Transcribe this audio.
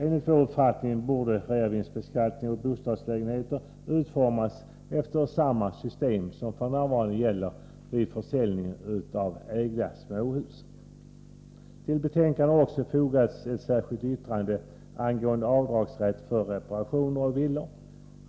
Enligt vår uppfattning borde reavinstbeskattningen på bostadsrättslägenheter utformas efter samma system som f.n. gäller vid försäljning av ägda småhus. Till betänkandet har också fogats ett särskilt yttrande angående avdragsrätt för kostnader för reparationer på villor.